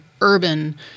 urban